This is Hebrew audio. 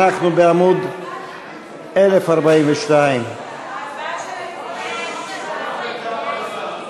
אנחנו בעמוד 1042. ההצבעה של עליזה לביא לא נקלטה.